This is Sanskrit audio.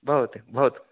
भवतु भवतु